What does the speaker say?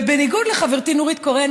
ובניגוד לחברת נורית קורן,